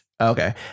Okay